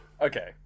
okay